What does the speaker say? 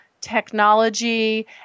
technology